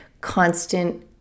constant